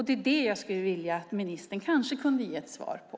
Det är det jag skulle vilja att ministern kunde ge ett svar på.